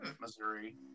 Missouri